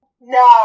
No